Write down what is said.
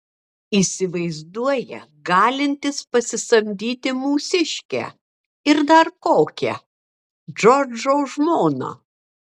įsivaizduoja galintis pasisamdyti mūsiškę ir dar kokią džordžo žmoną